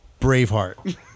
Braveheart